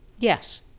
Yes